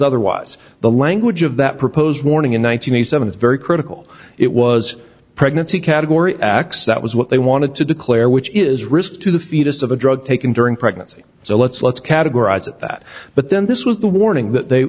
otherwise the language of that proposed warning in one thousand and seven is very critical it was pregnancy category acts that was what they wanted to declare which is risk to the fetus of a drug taken during pregnancy so let's let's categorize it that but then this was the warning that they